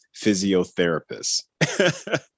physiotherapists